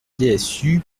dsu